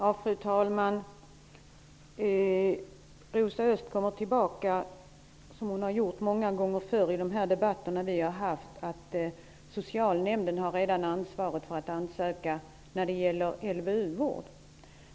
Fru talman! Som så många gånger förr i dessa debatter kommer Rosa Östh tillbaka till att socialnämnden redan har ansvaret när det gäller att ansöka om LVU-vård.